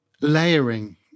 layering